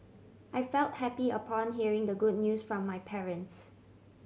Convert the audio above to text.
I felt happy upon hearing the good news from my parents